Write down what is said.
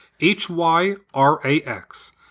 H-Y-R-A-X